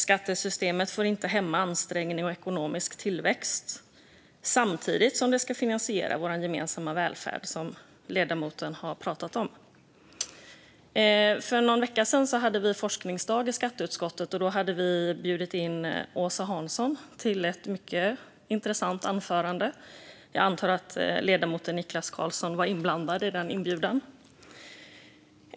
Skattesystemet får inte hämma ansträngning och ekonomisk tillväxt samtidigt som det ska finansiera vår gemensamma välfärd, som ledamoten har pratat om. För någon vecka sedan hade vi forskningsdag i skatteutskottet, och vi hade bjudit in Åsa Hansson till ett mycket intressant anförande. Jag antar att ledamoten Niklas Karlsson var inblandad i den inbjudan.